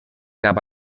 cap